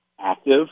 active